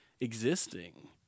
existing